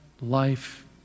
life